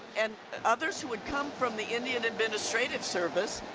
and others who would come from the indian administrative service